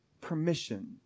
permission